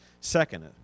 Second